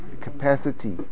capacity